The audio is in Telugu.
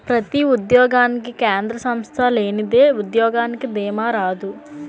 ప్రతి ఉద్యోగానికి కేంద్ర సంస్థ లేనిదే ఉద్యోగానికి దీమా రాదు